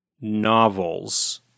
novels